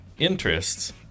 interests